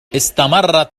استمرت